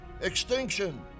extinction